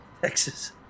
Texas